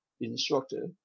instructor